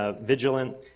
vigilant